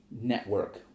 network